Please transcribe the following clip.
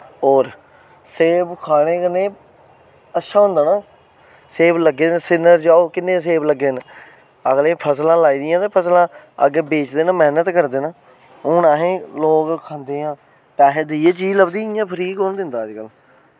होर सेब खाने कन्नै अच्छा होंदा ना सेब लग्गे दे सिरीनगर जाओ किन्ने सेब लग्गे दे अगलें फसलां लाई दियां तां फसलां अग्गें बेचदे न मैह्नत करदे न हून अस लौंग खंदे आं पैसे देइयै चीज़ लभदी इंया फ्री कुन दिंदा अज्जकल